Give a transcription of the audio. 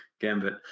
gambit